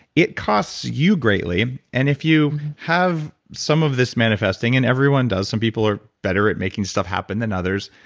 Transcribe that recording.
it costs you greatly and if you have some of this manifesting, and everyone does, some people are better at making stuff happen than others,